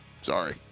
Sorry